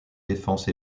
défenses